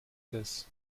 this